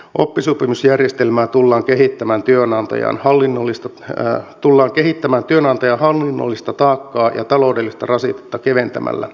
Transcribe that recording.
oppisopimusjärjestelmää tullaan kehittämään työnantajan hallinnollista taakkaa ja taloudellista rasitetta keventämällä